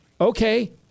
Okay